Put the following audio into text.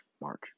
march